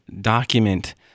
document